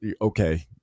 Okay